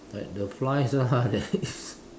like the flies ah that is